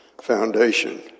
foundation